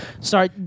Sorry